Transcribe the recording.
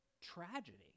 tragedy